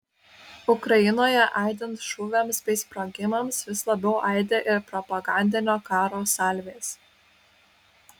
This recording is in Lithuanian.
ukrainoje aidint šūviams bei sprogimams vis labiau aidi ir propagandinio karo salvės